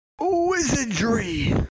Wizardry